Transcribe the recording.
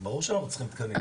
ברור שאנחנו צריכים תקנים.